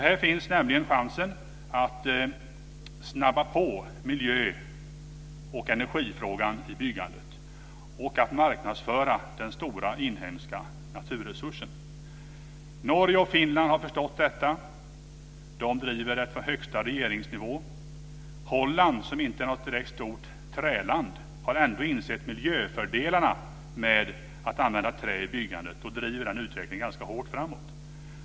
Här finns nämligen chansen att snabba på när det gäller miljöoch energifrågan i byggandet och att marknadsföra den stora inhemska naturresursen. Norge och Finland har förstått detta. De driver det här på högsta regeringsnivå. Holland, som inte är något direkt stort träland, har ändå insett miljöfördelarna med att använda trä i byggandet och driver den utvecklingen ganska hårt framåt.